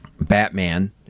Batman